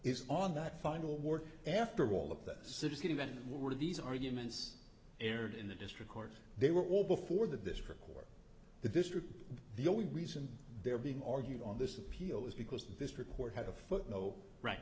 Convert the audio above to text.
is on that final word after all of that citizen event were these arguments aired in the district court they were all before this record the district the only reason they're being argued on this appeal is because this report had a footnote right